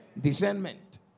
Discernment